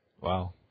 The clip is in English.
Wow